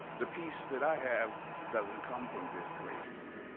the peace that i have doesn't come from this place.